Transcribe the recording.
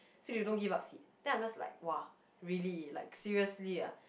so they don't give up seat then I am just like !wah! really like seriously ah